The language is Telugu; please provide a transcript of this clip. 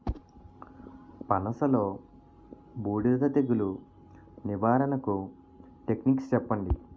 పనస లో బూడిద తెగులు నివారణకు టెక్నిక్స్ చెప్పండి?